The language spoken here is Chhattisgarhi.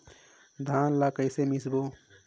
धान ला कइसे मिसबो?